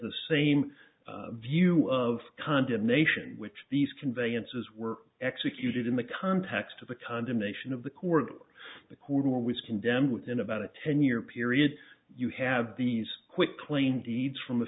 the same view of condemnation which these conveyances were executed in the context of the condemnation of the court of the court always condemned within about a ten year period you have these quitclaim deed from a